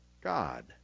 God